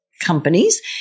companies